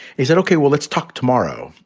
is that ok? well, let's talk tomorrow.